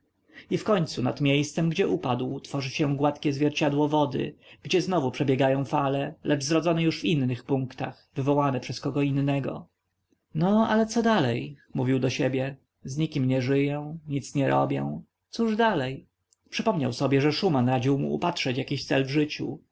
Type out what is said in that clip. i wkońcu nad miejscem gdzie upadł tworzy się gładkie zwierciadło wody gdzie znowu przebiegają fale lecz zrodzone już w innych punktach wywołane przez kogo innego no ale co dalej mówił do siebie z nikim nie żyję nic nie robię cóż dalej przypomniał sobie że szuman radził mu upatrzyć jakiś cel w życiu